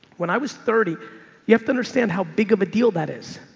when i was thirty you have to understand how big of a deal that is.